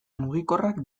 mugikorrak